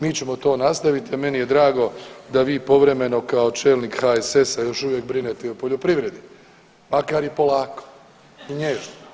Mi ćemo to nastaviti, a meni je drago da vi povremeno kao čelnik HSS-a još uvijek brinete i o poljoprivredi, makar i polako i nježno.